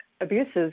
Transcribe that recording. abuses